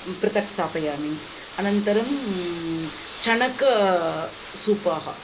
पृथक् स्थापयामि अनन्तरं चणकसूपः